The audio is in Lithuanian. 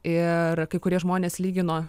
ir kai kurie žmonės lygino